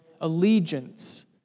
allegiance